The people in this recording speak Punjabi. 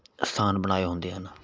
ਸਥਾਨ ਬਣਾਏ ਹੁੰਦੇ ਹਨ